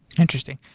interesting.